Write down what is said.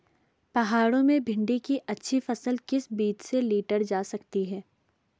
पहाड़ों में भिन्डी की अच्छी फसल किस बीज से लीटर जा सकती है?